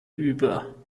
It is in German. über